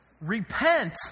Repent